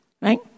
right